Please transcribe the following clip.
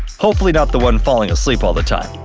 hopefully not the one falling asleep all the time.